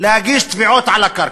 להגיש תביעות על הקרקע,